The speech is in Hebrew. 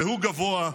והוא גבוה,